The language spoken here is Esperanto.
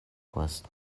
post